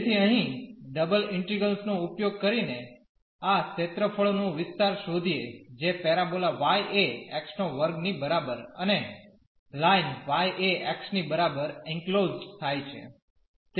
તેથી અહીં double integral નો ઉપયોગ કરીને આ ક્ષેત્રફળનો વિસ્તાર શોધીએ જે પેરાબોલા y એ x2 ની બરાબર અને લાઇન y એ x ની બરાબર એંક્લોઝડ થાય છે